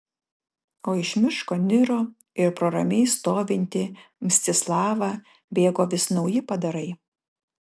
o iš miško niro ir pro ramiai stovintį mstislavą bėgo vis nauji padarai